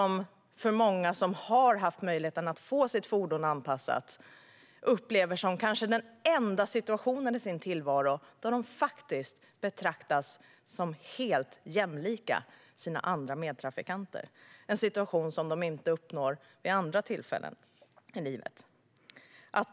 Många som har haft möjligheten att få sitt fordon anpassat upplever att det är den enda situationen i deras tillvaro där de faktiskt betraktas som helt jämlika sin andra medtrafikanter - en situation som de inte uppnår vid andra tillfällen i livet.